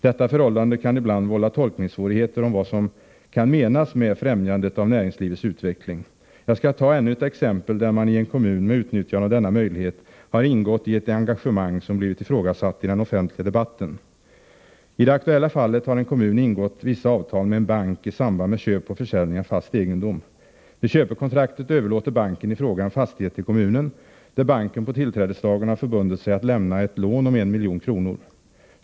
Det kan ibland uppstå svårigheter att tolka vad som kan menas med ”främjandet av näringslivets utveckling”. Jag skall ta ännu ett exempel på hur man i en kommun med utnyttjande av denna möjlighet har ingått i ett engagemang som blivit ifrågasatt i den offentliga debatten. I det aktuella fallet har en kommun träffat vissa avtal med en bank i samband med köp och försäljning av fast egendom. I köpekontraktet överlåter banken i fråga en fastighet till kommunen, och banken förbinder sig att på tillträdesdagen lämna ett lån om 1 milj.kr.